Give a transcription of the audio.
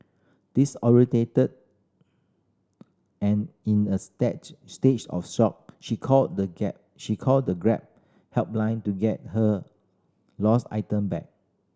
disoriented and in a stage stage of shock she called the gab she called the Grab helpline to get her lost item back